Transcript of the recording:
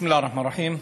בסם אללה א-רחמאן א-רחים.